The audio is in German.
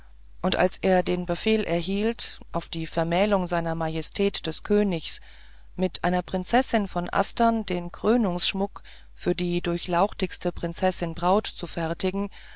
und als er den befehl erhielt auf die vermählung seiner majestät des königs mit einer prinzessin von astern den krönungsschmuck für die durchlauchtige prinzessin braut zu fertigen